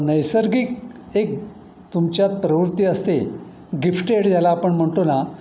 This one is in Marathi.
नैसर्गिक एक तुमच्यात प्रवृत्ती असते गिफ्टेड ज्याला आपण म्हणतो ना